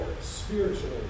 spiritually